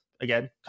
again